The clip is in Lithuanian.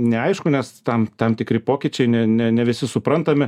neaišku nes tam tam tikri pokyčiai ne ne ne visi suprantame